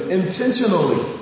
intentionally